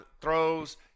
throws